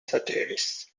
satires